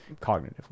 cognitively